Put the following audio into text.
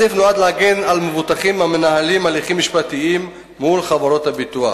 הסעיף נועד להגן על מבוטחים המנהלים הליכים משפטיים מול חברות הביטוח.